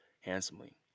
handsomely